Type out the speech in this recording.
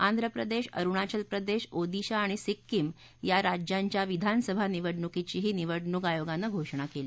आंध्र प्रदेश अरुणाचल प्रदेश ओदिशा आणि सिक्कीम या राज्यांच्या विधानसभा निवडणुकीचीही निवडणूक आयोगानं घोषणा केली